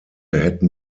hätten